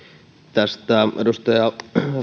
tästä edustaja